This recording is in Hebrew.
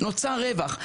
נוצר רווח.